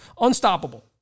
Unstoppable